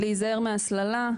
להיזהר מההסללה,